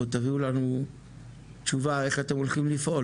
תביאו לנו תשובה איך אתם הולכים לפעול.